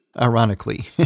ironically